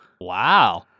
Wow